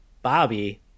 Bobby